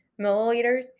milliliters